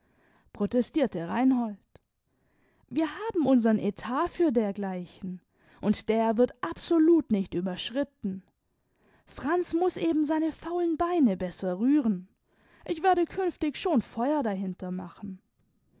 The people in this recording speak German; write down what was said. protestierte reinhold wir haben unsern etat für dergleichen und der wird absolut nicht überschritten franz muß eben seine faulen beine besser rühren ich werde künftig schon feuer dahinter machen